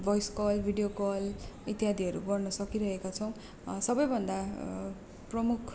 voice call video call इत्यादिहरू गर्न सकिरहेका छौँ सबैभन्दा प्रमुख